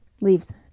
Leaves